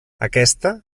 aquesta